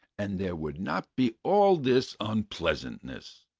and there would not be all this unpleasantness.